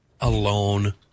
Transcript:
alone